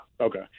okay